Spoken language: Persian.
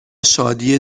شادی